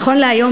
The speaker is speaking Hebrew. נכון להיום